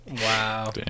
wow